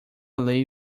lei